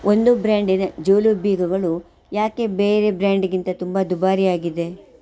ಒಂದು ಬ್ರ್ಯಾಂಡಿನ ಜೋಲು ಬೀಗಗಳು ಯಾಕೆ ಬೇರೆ ಬ್ರ್ಯಾಂಡ್ಗಿಂತ ತುಂಬ ದುಬಾರಿ ಆಗಿದೆ